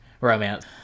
romance